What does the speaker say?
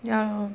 ya